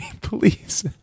please